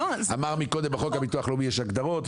אמר מקודם בחוק הביטוח הלאומי יש הגדרות,